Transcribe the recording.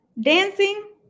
dancing